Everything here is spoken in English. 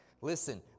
Listen